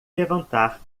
levantar